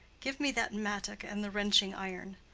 give me that mattock and the wrenching iron.